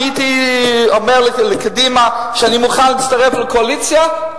אם הייתי אומר לקדימה שאני מוכן להצטרף לקואליציה,